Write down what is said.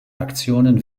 aktionen